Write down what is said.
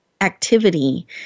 activity